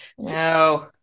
No